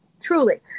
truly